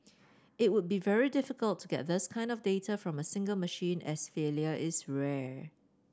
it would be very difficult to get this kind of data from a single machine as failure is rare